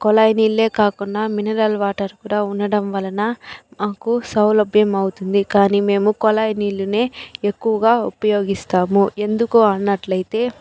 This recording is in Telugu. కొళాయి నీళ్ళే కాకుండా మినరల్ వాటర్ కూడా ఉండడం వలన మాకు సౌలభ్యమవుతుంది కానీ మేము కొళాయి నీళ్ళనే ఎక్కువగా ఉపయోగిస్తాము ఎందుకు అన్నట్లు అయితే